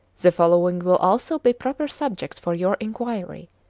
the following will also be proper subjects for your inquiry,